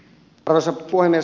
arvoisa puhemies